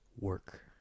work